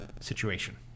situation